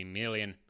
million